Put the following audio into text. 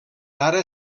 ara